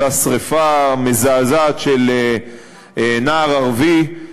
אותה שרפה מזעזעת של נער ערבי,